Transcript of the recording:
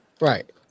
Right